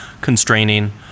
constraining